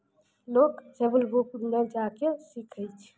लोक स्विमिंग पुलमे जा कऽ सीखै छै